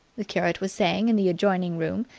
the curate was saying in the adjoining room,